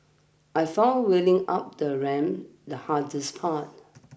I found wheeling up the ramp the hardest part